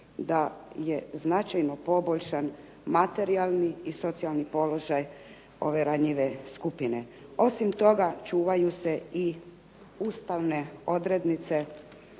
da je značajno poboljšan materijalni i socijalni položaj ove ranjive skupine. Osim toga, čuvaju se i ustavne odrednice